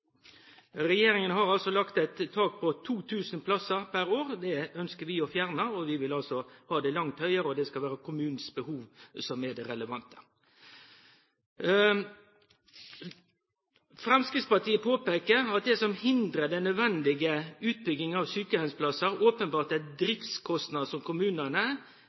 Regjeringen har altså lagt et tak på 2 000 plasser per år. Det ønsker vi å fjerne. Vi vil ha det langt høyere – det skal være kommunenes behov som er det relevante. Fremskrittspartiet påpeker at det som hindrer den nødvendige utbyggingen av sykehjemsplasser, åpenbart er driftskostnadene som kommunene